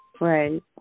Right